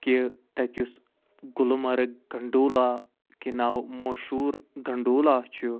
کہِ تتہِ یُس گُلمرگ گنڈولہ کہِ ناوٕ مشہور گنڈولہ چھُ